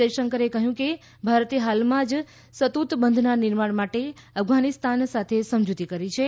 જયશંકરે કહ્યું કે ભારતે હાલમાં જ શતૂત બંધના નિર્માણ માટે અફઘાનિસ્તાન સાથે સમજૂતી કરી છે